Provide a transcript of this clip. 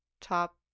top